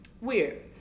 weird